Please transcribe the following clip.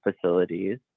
facilities